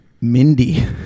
mindy